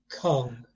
kong